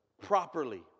Properly